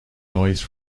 noise